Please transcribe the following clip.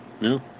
no